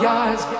eyes